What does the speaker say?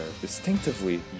distinctively